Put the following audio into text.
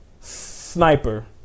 sniper